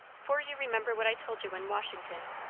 for you remember what i told you in washington,